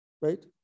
right